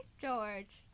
George